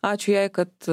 ačiū jai kad